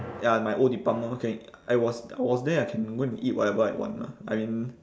ya my old department I was I was there I can go and eat whatever I want lah I mean